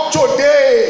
today